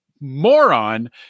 moron